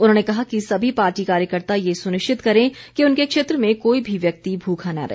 उन्होंने कहा कि सभी पार्टी कार्यकर्ता ये सुनिश्चित करें कि उनके क्षेत्र में कोई भी व्यक्ति भूखा न रहे